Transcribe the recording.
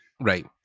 Right